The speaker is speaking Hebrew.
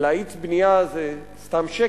להאיץ בנייה זה סתם שקר,